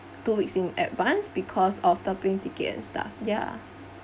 two weeks in advance because of the plane ticket and stuff ya